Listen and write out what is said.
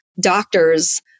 doctors